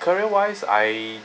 career wise I